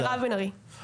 מירב בן ארי.